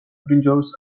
ბრინჯაოს